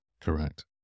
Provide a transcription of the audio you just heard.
correct